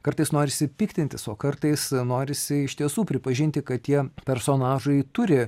kartais norisi piktintis o kartais norisi iš tiesų pripažinti kad tie personažai turi